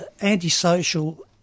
anti-social